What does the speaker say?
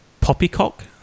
poppycock